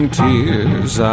tears